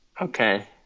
Okay